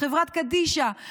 חברת קדישא,